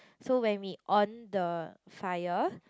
so when we on the fire